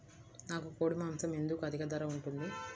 నాకు కోడి మాసం ఎందుకు అధిక ధర ఉంటుంది?